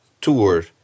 tour